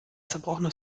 zerbrochene